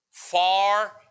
Far